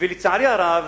ולצערי הרב,